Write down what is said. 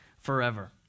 forever